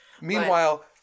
Meanwhile